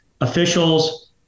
officials